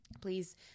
please